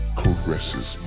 caresses